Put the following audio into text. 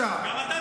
תן לי לדבר, בבקשה.